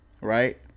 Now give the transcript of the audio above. right